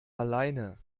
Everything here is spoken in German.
alleine